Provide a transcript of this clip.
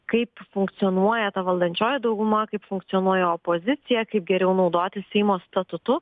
kaip funkcionuoja ta valdančioji dauguma kaip funkcionuoja opozicija kaip geriau naudotis seimo statutu